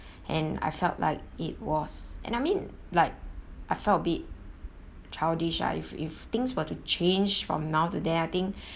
and I felt like it was and I mean like I felt a bit childish lah if if things were to change from now to then I think